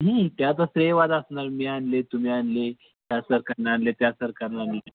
त्यात असंही वाद असणार मी आणले तुम्ही आणले ह्या सरकारनं आणले त्या सरकारनं आणले